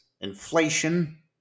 inflation